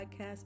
podcast